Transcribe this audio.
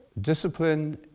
discipline